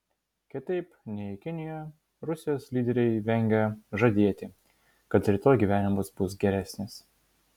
kitaip nei kinijoje rusijos lyderiai vengia žadėti kad rytoj gyvenimas bus geresnis